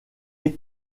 est